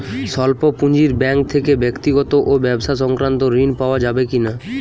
স্বল্প পুঁজির ব্যাঙ্ক থেকে ব্যক্তিগত ও ব্যবসা সংক্রান্ত ঋণ পাওয়া যাবে কিনা?